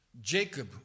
Jacob